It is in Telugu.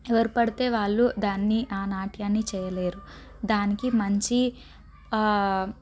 ఎవరు పడితే వాళ్ళు దాన్ని ఆ నాట్యాన్ని చేయలేరు దానికి మంచి